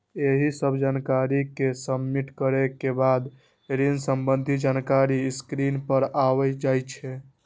एहि सब जानकारी कें सबमिट करै के बाद ऋण संबंधी जानकारी स्क्रीन पर आबि जाइ छै